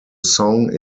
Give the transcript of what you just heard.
song